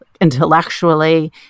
intellectually